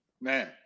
Man